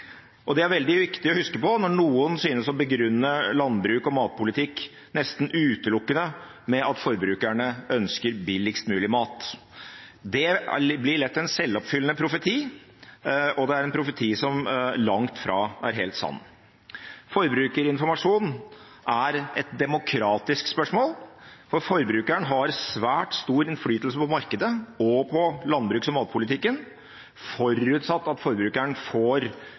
Det er veldig viktig å huske på når noen synes å begrunne landbruks- og matpolitikk nesten utelukkende med at forbrukerne ønsker billigst mulig mat. Det blir lett en selvoppfyllende profeti, og det er en profeti som langt fra er helt sann. Forbrukerinformasjon er et demokratisk spørsmål, for forbrukeren har svært stor innflytelse på markedet og på landbruks- og matpolitikken, forutsatt at forbrukeren får